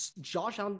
josh